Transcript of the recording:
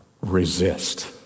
resist